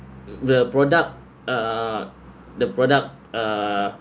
the product uh the product uh